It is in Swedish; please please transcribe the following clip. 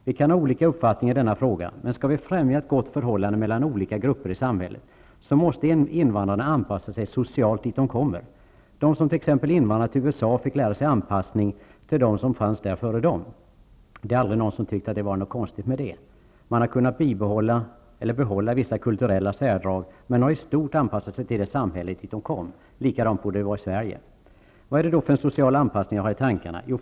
Vi kan ha olika uppfattning i denna fråga, men skall vi främja ett gott förhållande mellan olika grupper i samhället måste invandrarna anpassa sig socialt dit de kommer. De som invandrade till t.ex. USA fick lära sig att anpassa sig till dem som fanns där förut. Det är aldrig någon som tyckt att det varit något konstigt med det. Man har kunnat behålla vissa kulturella särdrag, men i stort sett har man anpassat sig till det samhälle som man kom till. Det borde ju vara likadant i Sverige. Vad är det då för social anpassning jag har i tankarna?